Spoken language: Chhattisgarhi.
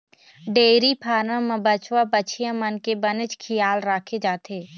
डेयरी फारम म बछवा, बछिया मन के बनेच खियाल राखे जाथे